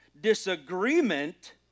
disagreement